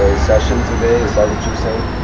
ah session today. is that what your saying?